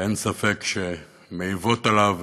שאין ספק שמעיבות עליו